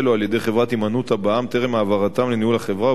או על-ידי חברת "הימנותא" בע"מ טרם העברתם לניהול החברה,